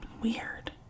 weird